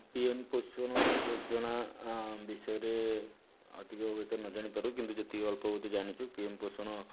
P M ପୋଷଣ ଯୋଜନା ବିଷୟରେ ଅଧିକ ହୁଏ ତ ନଜାଣିପାରୁ କିନ୍ତୁ ଯେତିକି ଅଳ୍ପ ବହୁତ ଜାଣିଛୁ ପି ଏମ୍ ପୋଷଣ